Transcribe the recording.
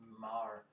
mar